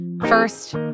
First